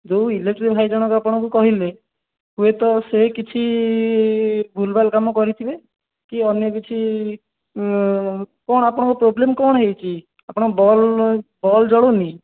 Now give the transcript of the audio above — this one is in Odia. ଯେଉଁ ଇଲେକ୍ଟ୍ରି ଭାଇ ଜଣକ ଆପଣଙ୍କୁ କହିଲେ ହୁଏତ ସେ କିଛି ଭୁଲଭାଲ କାମ କରିଥିବେ କି ଅନ୍ୟ କିଛି କ'ଣ ଆପଣଙ୍କର ପ୍ରୋବ୍ଲେମ୍ କ'ଣ ହେଇଛି ଆପଣଙ୍କ ବଲ୍ ବଲ୍ ଜଳୁନି